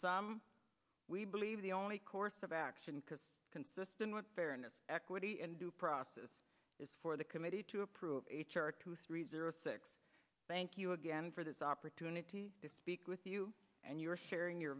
some we believe the only course of action because consistent with fairness equity and due process is for the committee to approve h r two three zero six thank you again for this opportunity to speak with you and your sharing your